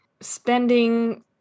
spending